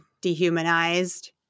dehumanized